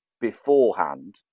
beforehand